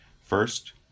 First